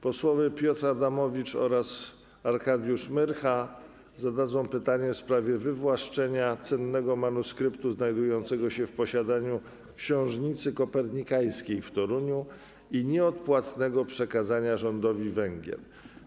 Posłowie Piotr Adamowicz oraz Arkadiusz Myrcha zadadzą pytanie w sprawie wywłaszczenia cennego manuskryptu znajdującego się w posiadaniu Książnicy Kopernikańskiej w Toruniu i nieodpłatnego przekazania rządowi Węgier.